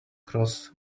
cross